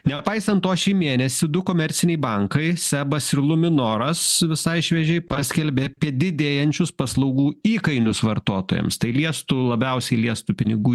nepaisant to šį mėnesį du komerciniai bankai sebas ir luminoras visai šviežiai paskelbė apie didėjančius paslaugų įkainius vartotojams tai liestų labiausiai liestų pinigų